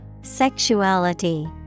Sexuality